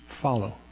follow